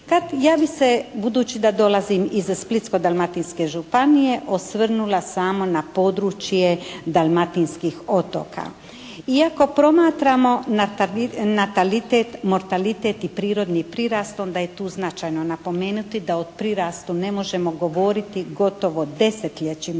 Kad ja bi se, budući da dolazim iz Splitsko-dalmatinske županije osvrnula samo na područje dalmatinskih otoka. I ako promatramo natalitet, mortalitet i prirodni prirast onda je tu značajno napomenuti da o prirastu ne možemo govoriti, gotovo desetljećima